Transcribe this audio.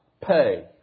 pay